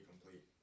complete